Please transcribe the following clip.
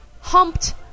humped